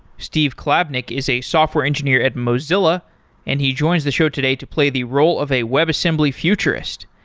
steve klabnik is a software engineer at mozilla and he joins the show today to play the role of a webassembly futurist.